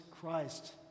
Christ